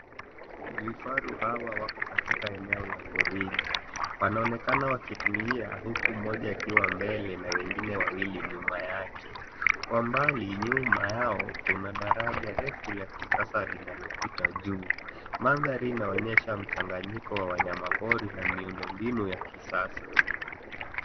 Viafaru hawa wako katika eneo la porini, wanaonekana wakitulia huku mmoja akiwa mbele na wengine wawili nyuma yake. Kwa mbali, nyuma yao, kuna daraja refu la kisasa linalopita juu. Mandhari inaonyesha mchanganyiko wa wanyama pori na miundo mbinu ya kisasa.